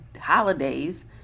holidays